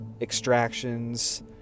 extractions